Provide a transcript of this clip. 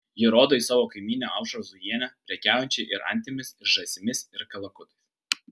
ji rodo į savo kaimynę aušrą zujienę prekiaujančią ir antimis ir žąsimis ir kalakutais